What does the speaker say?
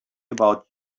about